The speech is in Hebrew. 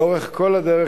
לאורך כל הדרך,